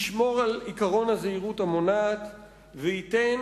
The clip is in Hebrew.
ישמור על עקרון הזהירות המונעת וייתן